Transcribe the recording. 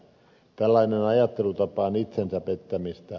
tällainen ajattelutapa on itsensä pettämistä